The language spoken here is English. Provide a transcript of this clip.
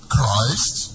Christ